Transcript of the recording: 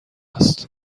است